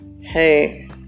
hey